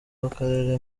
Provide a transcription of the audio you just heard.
w’akarere